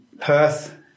Perth